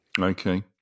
Okay